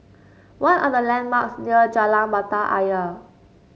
what are the landmarks near Jalan Mata Ayer